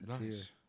Nice